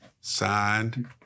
Signed